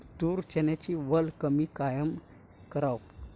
तूर, चन्याची वल कमी कायनं कराव?